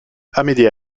amédée